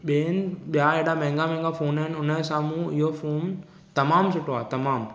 ॿिए हंधु ॿिया हेॾा महांगा महांगा फोन आहिनि हुन जे साम्हूं इहो फोन तमामु सुठो आहे तमामु